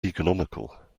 economical